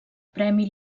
premi